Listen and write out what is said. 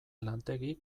lantegi